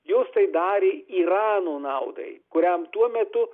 jos tai darė irano naudai kuriam tuo metu